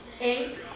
Eight